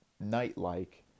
night-like